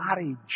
marriage